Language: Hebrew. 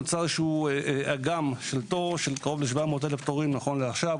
נוצר אגם של תור של קרוב ל-700,000 תורים נכון לעכשיו,